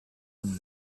him